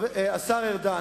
השר ארדן,